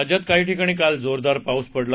राज्यात काही ठिकाणी काल जोरदार पाऊस पडला